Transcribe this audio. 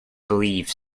believe